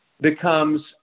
becomes